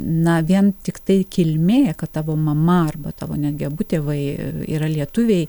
na vien tiktai kilmė kad tavo mama arba tavo netgi abu tėvai yra lietuviai